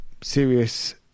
Serious